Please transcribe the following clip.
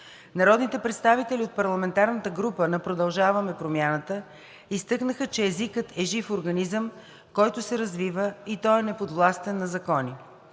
Народните представители от парламентарната група на „Продължаваме Промяната“ изтъкнаха, че езикът е жив организъм, който се развива, и той е неподвластен на закони.